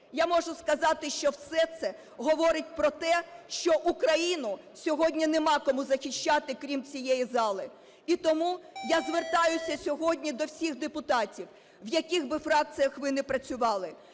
Я можу сказати, що все це говорить про те, що Україну сьогодні нема кому захищати, крім цієї зали. І тому я звертаюся сьогодні до всіх депутатів. В яких би фракціях ви не працювали,